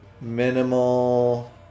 minimal